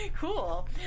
cool